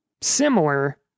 Similar